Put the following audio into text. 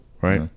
right